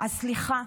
סליחה,